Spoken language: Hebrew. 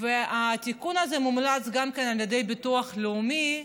התיקון הזה מומלץ גם על ידי ביטוח לאומי.